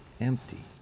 empty